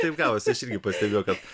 taip gavosi aš irgi pastebėjau kad